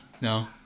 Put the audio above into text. No